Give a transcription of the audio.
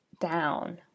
down